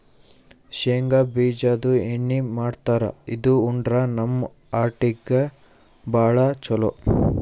ಶೇಂಗಾ ಬಿಜಾದು ಎಣ್ಣಿ ಮಾಡ್ತಾರ್ ಇದು ಉಂಡ್ರ ನಮ್ ಹಾರ್ಟಿಗ್ ಭಾಳ್ ಛಲೋ